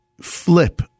flip